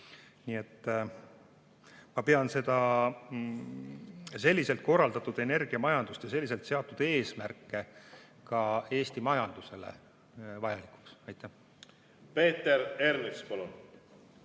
toota. Ma pean selliselt korraldatud energiamajandust ja selliselt seatud eesmärke ka Eesti majandusele vajalikuks. Peeter Ernits, palun!